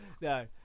No